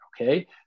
okay